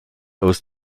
aus